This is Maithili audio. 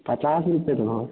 पचास रुपए देबहो